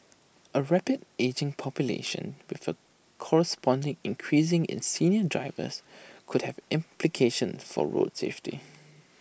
A rapidly ageing population with A corresponding increase in senior drivers could have implications for roads safety